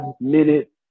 minute